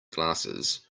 glasses